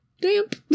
damp